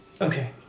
Okay